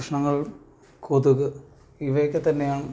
പ്രശ്നങ്ങൾ കൊതുക് ഇവയൊക്കെ തന്നെയാണ്